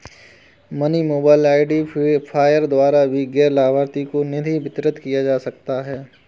money mobile identifier द्वारा भी गैर लाभार्थी को निधि अंतरण किया जा सकता है